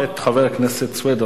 חבר הכנסת סוייד,